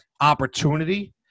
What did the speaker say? opportunity